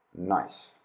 nice